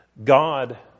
God